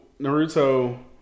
Naruto